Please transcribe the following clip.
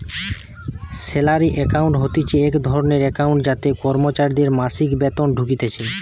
salary account হতিছে এক ধরণের একাউন্ট যাতে কর্মচারীদের মাসিক বেতন ঢুকতিছে